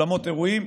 אולמות אירועים,